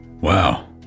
Wow